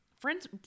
Friends